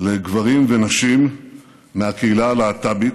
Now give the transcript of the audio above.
לגברים ונשים מהקהילה הלהט"בית.